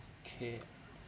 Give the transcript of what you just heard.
okay